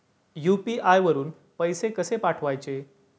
UPI वरून पैसे कसे पाठवायचे?